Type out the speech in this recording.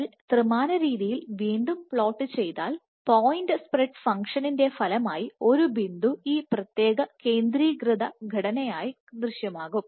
നിങ്ങൾ ത്രിമാന രീതിയിൽ വീണ്ടും പ്ലോട്ട് ചെയ്താൽ പോയിന്റ്സ്പ്രെഡ് ഫംഗ്ഷനിൻറെ ഫലമായി ഒരു ബിന്ദു ഈ പ്രത്യേക കേന്ദ്രീകൃത ഘടനയായി ദൃശ്യമാകും